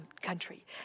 country